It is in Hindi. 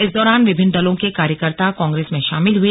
इस दौरान विभिन्न दलों के कार्यकर्ता कांग्रेस में शामिल हए